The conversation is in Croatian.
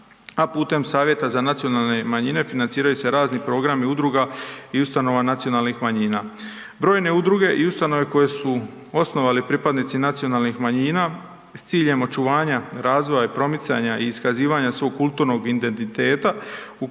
a putem Savjeta za nacionalne manjine, financiraju se razni programi udruga i ustanova nacionalnih manjina. Brojne udruge i ustanove koje su osnovali pripadnici nacionalnih manjina s ciljem očuvanja razvoja i promicanja i iskazivanja svog kulturnog identiteta,